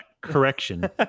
correction